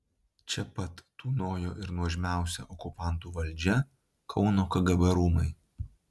čia pat tūnojo ir nuožmiausia okupantų valdžia kauno kgb rūmai